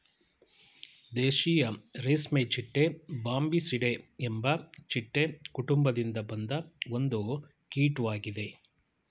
ದೇಶೀಯ ರೇಷ್ಮೆಚಿಟ್ಟೆ ಬಾಂಬಿಸಿಡೆ ಎಂಬ ಚಿಟ್ಟೆ ಕುಟುಂಬದಿಂದ ಬಂದ ಒಂದು ಕೀಟ್ವಾಗಿದೆ